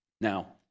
Now